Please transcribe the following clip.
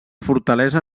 fortalesa